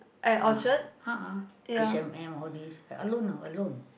uh a'ah H-and-M all these alone ah alone